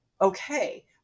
okay